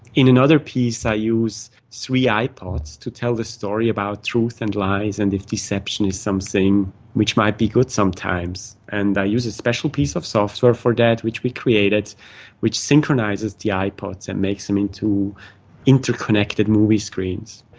in another piece i use three ipods to tell the story about truth and lies and if deception is something which might be good sometimes. and i use a special piece of software for that which we created which synchronises the ipods and makes them into interconnected movie screens.